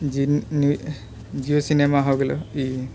जी Jio cinema हो गेलौ ई